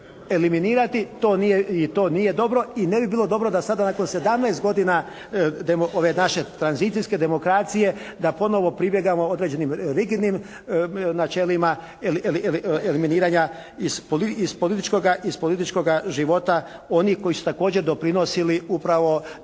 To nije, i to nije dobro i ne bi bilo dobro da sada nakon 17 godina ove naše tranzicijske demokracije da ponovo pribjegnemo određenim rigidnim načelima eliminiranja iz političkoga života onih koji su također doprinosili upravo